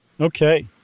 Okay